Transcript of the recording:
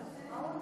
מה הוא אמר?